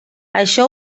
això